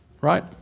right